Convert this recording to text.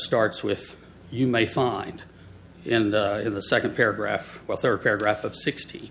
starts with you may find in the in the second paragraph